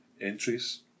entries